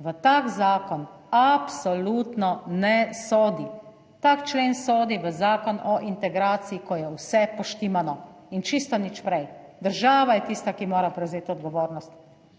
v tak zakon absolutno ne sodi, tak člen sodi v Zakon o integraciji, ko je vse poštimano in čisto nič prej. Država je tista, ki mora prevzeti odgovornost,